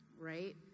right